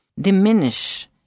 diminish